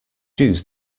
use